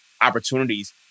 opportunities